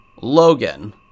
Logan